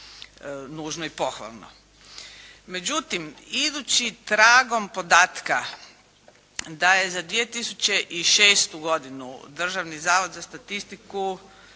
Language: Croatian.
nužno i pohvalno. Međutim, idući tragom podatka da je za 2006. godinu Državni zavod za statistiku